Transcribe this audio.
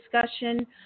discussion